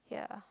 ya